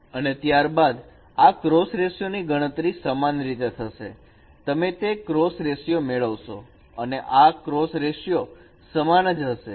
અને ત્યારબાદ આ ક્રોસ રેશીયો ની ગણતરી સમાન રીતે થશે તમે તે ક્રોસ રેશીયો મેળવશો અને આ ક્રોસ રેશીયો સમાન જ હશે